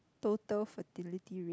total fertility rate